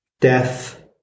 Death